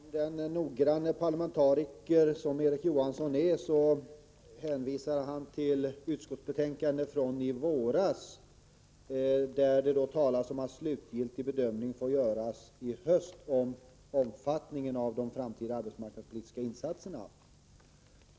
Herr talman! Som den noggranna parlamentariker Erik Johansson är hänvisar han till ett utskottsbetänkande från i våras, där det talas om att slutgiltig bedömning får göras i höst om omfattningen av de framtida arbetsmarknadspolitiska insatserna.